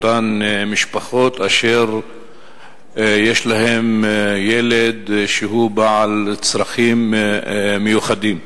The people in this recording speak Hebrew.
אותן משפחות שיש להן ילד בעל צרכים מיוחדים.